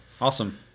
Awesome